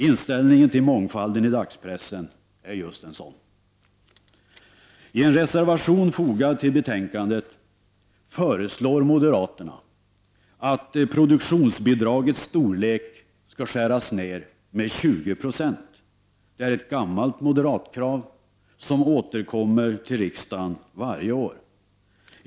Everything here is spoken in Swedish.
Inställningen till mångfalden i dagspressen är just sådan. I en reservation fogad till betänkandet föreslår moderaterna att produktionsbidragets storlek skall skäras ned med 20 96. Det är ett gammalt moderatkrav som återkommer till riksdagen varje år.